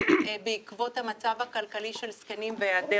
בעקבות המצב הכלכלי של זקנים והיעדר